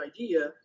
idea